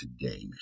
today